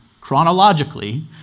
chronologically